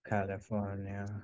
California